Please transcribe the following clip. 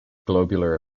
globular